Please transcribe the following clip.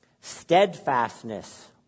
steadfastness